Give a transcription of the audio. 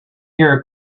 year